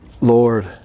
Lord